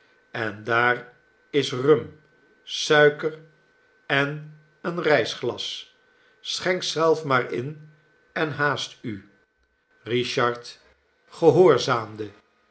en daar is rum suiker en een reisglas schenk zelf maar in en haast u richard gehoorzaarnde